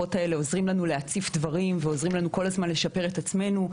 הדוחות האלה עוזרים לנו להציף דברים ועוזרים לנו כל הזמן לשפר את עצמנו.